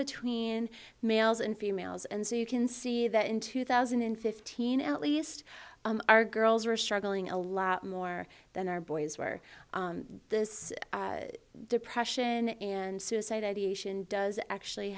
between males and females and so you can see that in two thousand and fifteen at least our girls were struggling a lot more than our boys were this depression and suicide ideation does actually